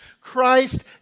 Christ